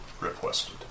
requested